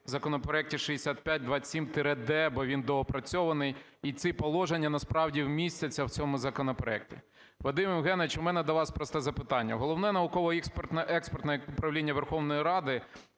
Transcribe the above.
законопроекті 6527-д, бо він доопрацьований, і ці положення насправді містяться в цьому законопроекті. Вадим Євгенович, у мене до вас просте запитання. Головне науково-експертне управління Верховної Ради